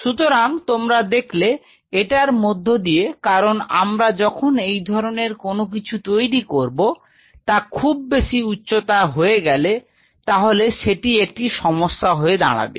সুতরাং তোমরা দেখলে এটার মধ্য দিয়ে কারণ আমরা যখন এই ধরনের কোনো কিছু তৈরি করব তা খুব বেশি উচ্চতা হয়ে গেলে তাহলে সেটি একটি সমস্যা হয়ে দাঁড়াবে